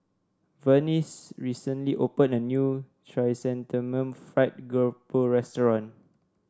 Vernice recently opened a new Chrysanthemum Fried Garoupa restaurant